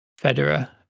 Federer